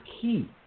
key